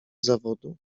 zawodu